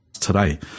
today